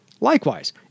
Likewise